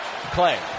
Clay